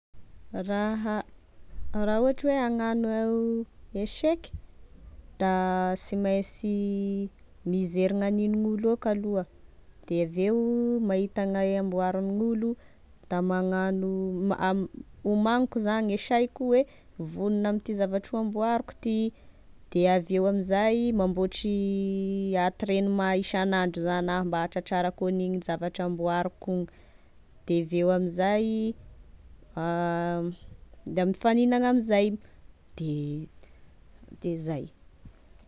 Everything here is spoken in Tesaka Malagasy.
Raha raha ohatry hoe hagnano eseky da sy mainsy mizery gn'anign'olo eka aloha de aveo mahita gne amboarign'olo de magnano ah- homaniko zany e saiko hoe vognona amty zavatry amboariko ty de aveo amzay mamboatry antrenema isagnandro zany ah mba ahatratrarako an'igny zavatra amboariko igny de aveo amzay da mifagninana amzay de de zay.